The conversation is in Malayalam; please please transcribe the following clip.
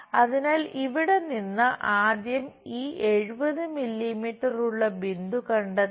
അതിനാൽ ഇവിടെ നിന്ന് ആദ്യം ഈ 70 മില്ലീമീറ്റർ ഉള്ള ബിന്ദു കണ്ടെത്തുക